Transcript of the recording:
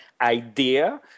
idea